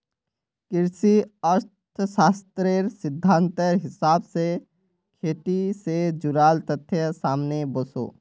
कृषि अर्थ्शाश्त्रेर सिद्धांतेर हिसाब से खेटी से जुडाल तथ्य सामने वोसो